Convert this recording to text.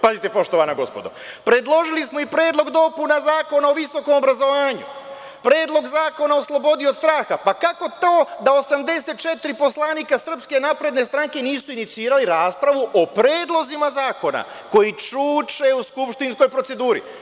Pazite, poštovana gospodo predložili smo i Predlog dopuna zakona o visokom obrazovanju, Predlog zakona o slobodi od straha pa kako to da 84 poslanika SNS nisu inicirali raspravu o predlozima zakona koji čuče u skupštinskoj proceduri.